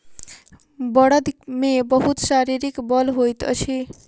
बड़द मे बहुत शारीरिक बल होइत अछि